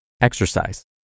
exercise